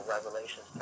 Revelation